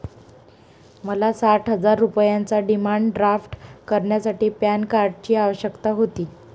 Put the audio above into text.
मला साठ हजार रुपयांचा डिमांड ड्राफ्ट करण्यासाठी पॅन कार्डची आवश्यकता होती